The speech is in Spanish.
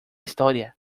historia